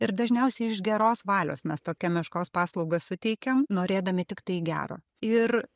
ir dažniausiai iš geros valios mes tokią meškos paslaugą suteikiam norėdami tiktai gero ir